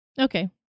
Okay